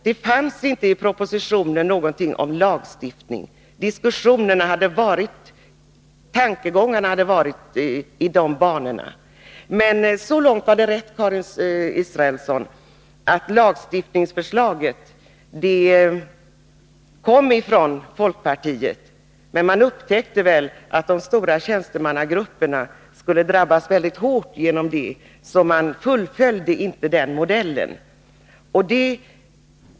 Det fanns inte i propositionen någonting om lagstiftning, även om tankarna hade gått i de banorna. Lagstiftningsförslaget kom från folkpartiet — så långt har Karin Israelsson rätt. Men man upptäckte att de stora tjänstemannagrupperna skulle drabbas väldigt hårt. Därför fullföljde man inte modellen.